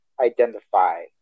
identify